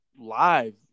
Live